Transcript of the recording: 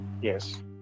Yes